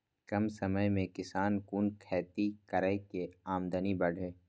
कम समय में किसान कुन खैती करै की आमदनी बढ़े?